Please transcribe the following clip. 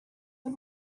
but